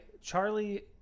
Charlie